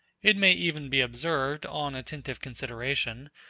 it may even be observed, on attentive consideration,